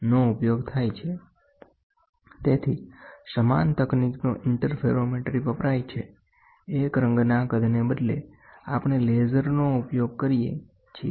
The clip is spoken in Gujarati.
તેથી સમાન તકનીકનો ઇન્ટરફેરોમેટ્રી વપરાય છે એક રંગના કદને બદલે આપણે લેસરનો ઉપયોગ કરીએ છીએ